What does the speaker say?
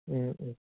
ꯎꯝ ꯎꯝ